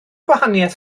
gwahaniaeth